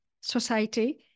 society